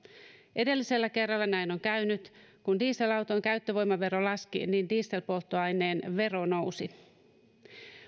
edellisellä kerralla näin on käynyt kun dieselauton käyttövoimavero laski niin dieselpolttoaineen vero nousi